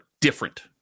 different